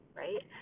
right